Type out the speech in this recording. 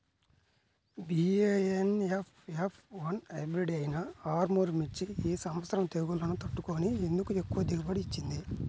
BASF F one hybrid అయినా ఆర్ముర్ మిర్చి ఈ సంవత్సరం తెగుళ్లును తట్టుకొని ఎందుకు ఎక్కువ దిగుబడి ఇచ్చింది?